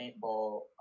paintball